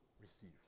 receive